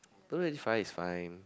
don't really find is fine